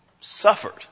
suffered